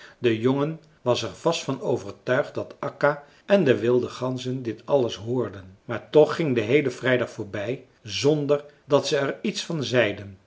de jongen was er vast van overtuigd dat akka en de wilde ganzen dit alles hoorden maar toch ging de heele vrijdag voorbij zonder dat ze er iets van zeiden